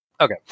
Okay